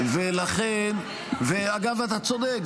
אתה צודק.